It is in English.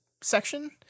section